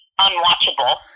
unwatchable